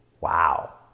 wow